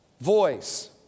voice